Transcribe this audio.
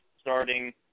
starting